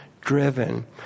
driven